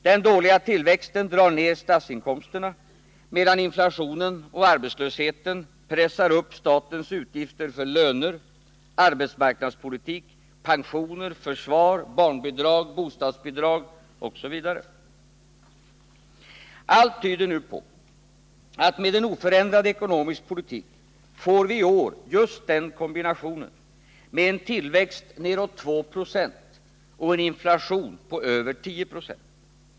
Den dåliga tillväxten drar ner statsinkomsterna, medan inflationen och arbetslöshet pressar upp statens utgifter för löner, arbetsmarknadspolitik, pensioner, försvar, barnbidrag, bostadsbidrag osv. Allt tyder nu på att med oförändrad ekonomisk politik får vi i år just den kombinationen, med en tillväxt neråt 2 70 och en inflation på över 10 Jo.